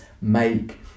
make